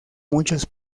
muchos